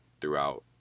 throughout